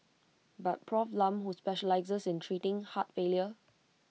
but Prof Lam who specialises in treating heart failure